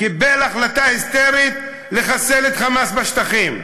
קיבל החלטה היסטרית לחסל את "חמאס" בשטחים,